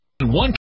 One